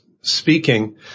speaking